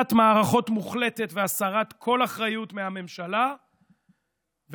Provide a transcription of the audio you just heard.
קריסת מערכות מוחלטת והסרת כל אחריות מהממשלה והעברתה,